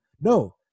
No